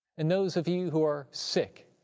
and those of you who are sick,